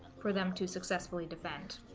for them to successfully defend